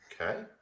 Okay